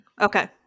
okay